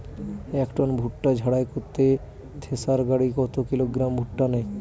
এক টন ভুট্টা ঝাড়াই করতে থেসার গাড়ী কত কিলোগ্রাম ভুট্টা নেয়?